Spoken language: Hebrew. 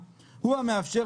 וכן,